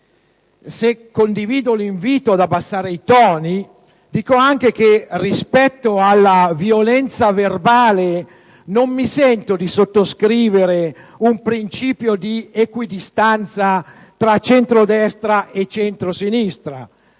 pur condividendo l'invito ad abbassare i toni, rispetto alla violenza verbale non mi sento di sottoscrivere un principio di equidistanza tra centrodestra e centrosinistra.